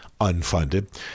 unfunded